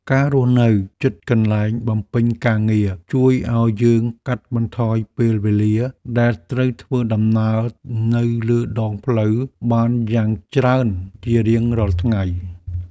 ការរស់នៅជិតកន្លែងបំពេញការងារជួយឱ្យយើងកាត់បន្ថយពេលវេលាដែលត្រូវធ្វើដំណើរនៅលើដងផ្លូវបានយ៉ាងច្រើនជារៀងរាល់ថ្ងៃ។